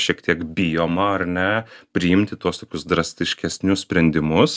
šiek tiek bijoma ar ne priimti tuos tokius drastiškesnius sprendimus